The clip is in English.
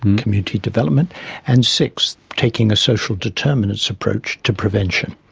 community development and sixth, taking a social determinants approach to prevention.